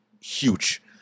huge